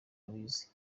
abize